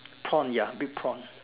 prawn ya big prawn